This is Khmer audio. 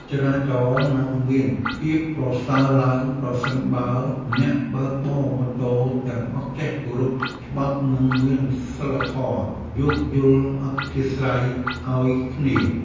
ចរាចរណ៍នឹងមានភាពប្រសើរឡើងប្រសិនបើអ្នកបើកបរម៉ូតូទាំងអស់ចេះគោរពច្បាប់និងមានសីលធម៌យោគយល់អធ្យាស្រ័យឱ្យគ្នា។